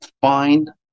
fine